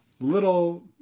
little